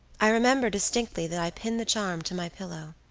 i remember distinctly that i pinned the charm to my pillow.